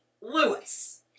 Lewis